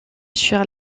sur